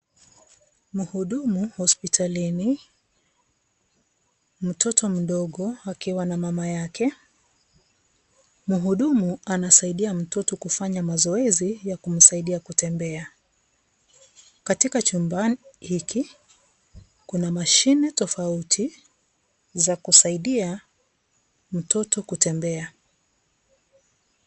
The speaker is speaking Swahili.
Muhudumu hospitalini, mtoto mdogo akiwa na mama yake, muhudumu anasaidia mtoto kufanya mazoezi ya kumsaidia kutembea, katika chumba hiki kuna machine[c's] tofauti za kumsaidia mtoto kutembea.